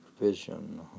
vision